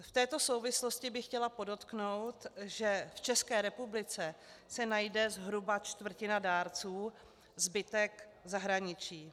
V této souvislosti bych chtěla podotknout, že v České republice se najde zhruba čtvrtina dárců, zbytek v zahraničí.